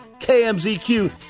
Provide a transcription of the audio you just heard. KMZQ